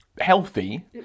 healthy